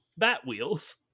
Batwheels